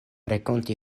renkonti